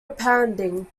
pounding